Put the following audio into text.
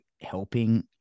helping